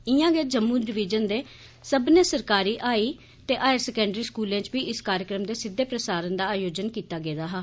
इय्यां गै जम्मू डिवीजन दे सब्बनें सरकारी हाई ते हायर सकैंडरी स्कूलें च बी इस कार्यक्रम दे सिद्दे प्रसारण दा आयोजन कीता गेदा हा